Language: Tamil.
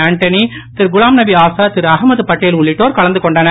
ஆன்டனி திருகுலாம்நபி ஆசாத் திருஅகமது பட்டேல் உள்ளிட்டோர் கலந்துகொண்டனர்